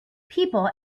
people